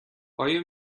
آیا